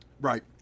right